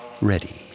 ready